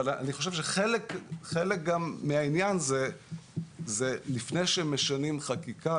אבל אני חושב שחלק מהעניין זה גם לפני שמשנים חקיקה,